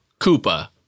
Koopa